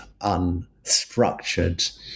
unstructured